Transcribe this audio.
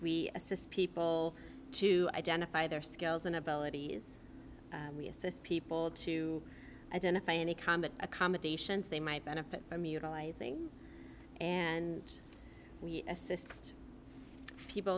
we assist people to identify their skills and abilities we assist people to identify any common accommodations they might benefit from utilizing and we assist people